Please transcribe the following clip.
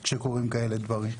שעוברים עלינו כשקורים כאלה דברים.